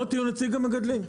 מוטי הוא נציג המגדלים.